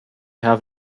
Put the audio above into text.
have